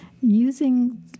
using